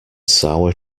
sour